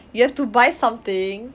you've to buy something